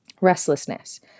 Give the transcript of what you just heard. Restlessness